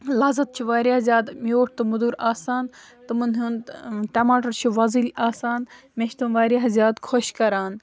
لَزت چھِ واریاہ زیادٕ میوٗٹھ تہٕ مٔدُر آسان تمَن ہُنٛد ٹماٹر چھِ وۄزٕلۍ آسان مےٚ چھِ تم واریاہ زیادٕ خۄش کَران